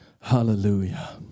Hallelujah